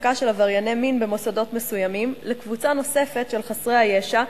העסקה של עברייני מין במוסדות מסוימים לקבוצה נוספת של חסרי הישע,